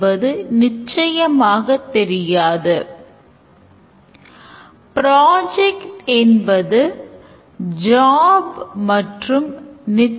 எடுத்துக்காட்டாக user எழுத்தருக்கு சில தகவல்களைத் தருகிறார் மேலும் எழுத்தர் அதை enter செய்கிறார்